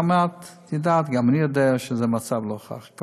גם את יודעת וגם אני יודע שהמצב לא ככה.